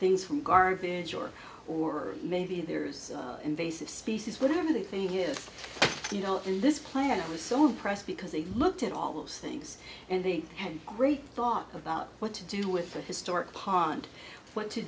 things from garbage or or maybe there's invasive species whatever the thing is you know in this plant was so impressed because they looked at all those things and they had great thought about what to do with the historic pond when to